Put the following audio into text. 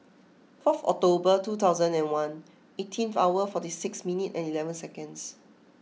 fourth October two thousand and one eighteen hour forty six minute and eleven seconds